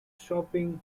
shopping